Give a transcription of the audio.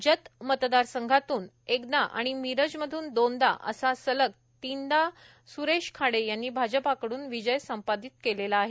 जत मतदारसंघातून एकदा आणि मीरज मधून दोनदा असे सलग तीनदा सुरेश खाडे यांनी भाजपकडून विजय संपादन केलेला आहे